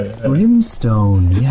brimstone